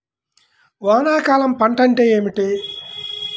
వానాకాలం పంట అంటే ఏమిటి?